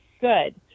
good